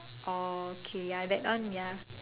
orh okay ya that one ya